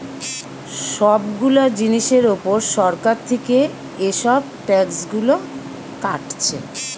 সব গুলা জিনিসের উপর সরকার থিকে এসব ট্যাক্স গুলা কাটছে